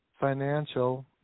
financial